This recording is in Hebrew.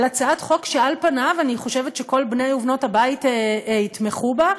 על הצעת חוק שעל פניה אני חושבת שכל בני ובנות הבית יתמכו בה,